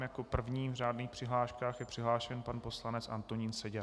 Jako první v řádných přihláškách je přihlášen pan poslanec Antonín Seďa.